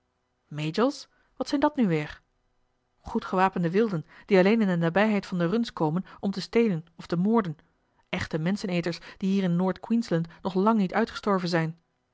majols wat zijn dat nu weer goed gewapende wilden die alleen in de nabijheid van de runs komen om te stelen of te moorden echte menscheneters die hier in noord queensland nog lang niet uitgestorven zijn